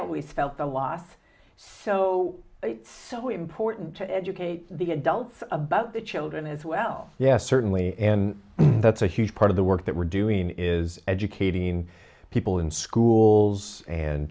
always felt the loss so it's so important to educate the adults about the children as well yes certainly and that's a huge part of the work that we're doing is educating people in schools and